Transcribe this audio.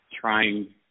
trying